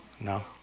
No